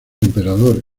emperador